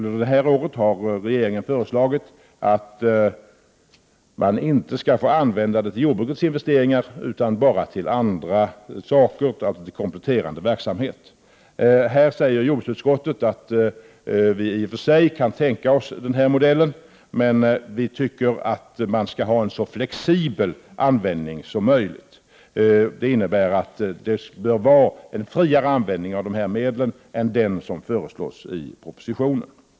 För detta år har regeringen föreslagit att anslaget inte skall få användas till jordbrukets investeringar, utan endast för kompletterande verksamhet. I denna fråga säger jordbruksutskottet att man i och för sig kan tänka sig den här modellen, men att användningen av dessa medel bör vara så flexibel som möjligt. Det innebär att användningen av dessa medel bör bli mer fri än vad som föreslås i propositionen.